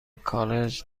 کالج